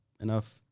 enough